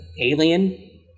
Alien